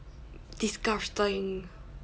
disgusting